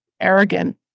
arrogant